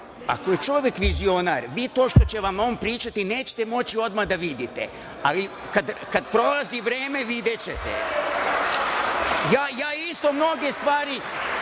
ako je čovek vizionar vi to što će vam on pričati nećete moći odmah da vidite, ali kad prolazi vreme videćete. Ja isto mnoge stvari,